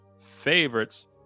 favorites